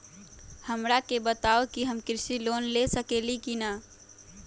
हमरा के बताव कि हम कृषि लोन ले सकेली की न?